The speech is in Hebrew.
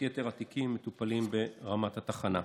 יתר שלושת התיקים מטופלים ברמת התחנה.